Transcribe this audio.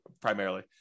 primarily